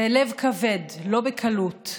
בלב כבד, לא בקלות.